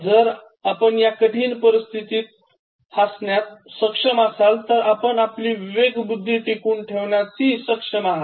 जर आपण या कठीण परिस्थितीत हसण्यास सक्षम असाल तर आपण आपली विवेकबुद्धी टिकवून ठेवण्यास सक्षम आहात